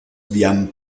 vian